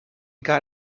got